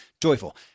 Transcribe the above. joyful